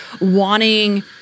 wanting